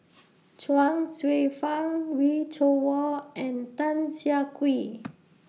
Chuang Hsueh Fang Wee Cho Yaw and Tan Siah Kwee